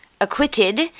acquitted